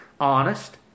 Honest